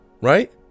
right